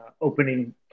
opening